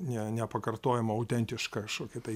ne nepakartojamą autentišką kažkokį tai